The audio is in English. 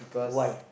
why